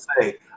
say